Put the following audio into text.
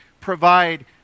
provide